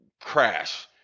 crash